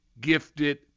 gifted